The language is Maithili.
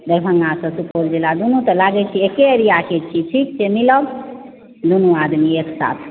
दरभंगा से सुपौल जिला दुनू तऽ लगे छै एक्के एरियाके छी ठीक छै मिलब दुनू आदमी एक साथ